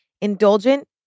Indulgent